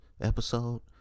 episode